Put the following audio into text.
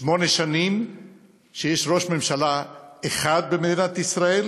שמונה שנים שיש ראש ממשלה אחד במדינת ישראל,